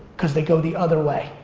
because they go the other way.